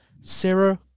Sarah